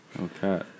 Okay